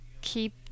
keep